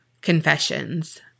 confessions